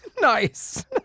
Nice